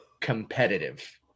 competitive